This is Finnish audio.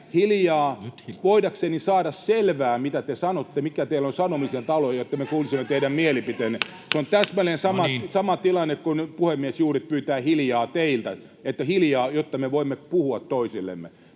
hiljaa!] ”...saada selvää, mitä te sanotte, mitä teillä on sanottavana, jotta me kuulisimme teidän mielipiteenne.” [Naurua — Puhemies koputtaa] Se on täsmälleen sama tilanne kuin nyt puhemies juuri pyytää teiltä, että hiljaa, jotta me voimme puhua toisillemme.